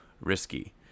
risky